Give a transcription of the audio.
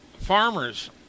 farmers